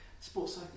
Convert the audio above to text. sports